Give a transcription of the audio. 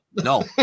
no